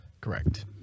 Correct